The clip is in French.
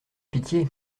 pitié